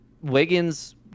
Wiggins